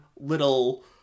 little